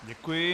Děkuji.